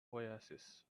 oasis